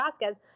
Vasquez